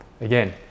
again